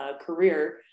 career